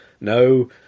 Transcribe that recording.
no